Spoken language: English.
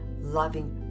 loving